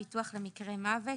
ביטוח למקרה מוות,